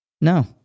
no